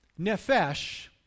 Nefesh